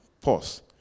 pause